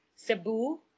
Cebu